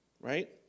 right